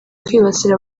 kwibasira